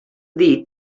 dit